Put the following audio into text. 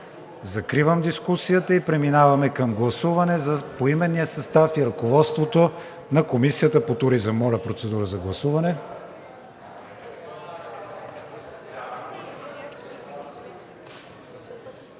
Закривам дискусията. Преминаваме към гласуване за поименния състав и ръководството на Комисията по туризъм. Гласували